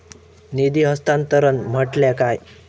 निधी हस्तांतरण म्हटल्या काय?